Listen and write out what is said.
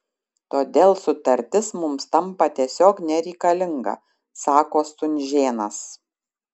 todėl sutartis mums tampa tiesiog nereikalinga sako stunžėnas